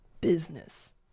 business